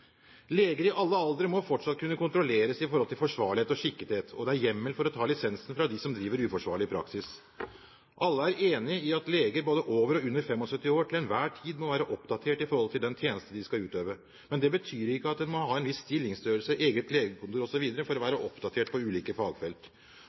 Leger i alle aldre må fortsatt kunne kontrolleres når det gjelder forsvarlighet og skikkethet, og det er hjemmel for å ta lisensen fra dem som driver en uforsvarlig praksis. Alle er enig i at leger både over og under 75 år til enhver tid må være oppdatert om den tjenesten de skal utøve, men det betyr ikke at en må ha en viss stillingsstørrelse, eget legekontor osv. for å